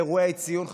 אירועי ציון,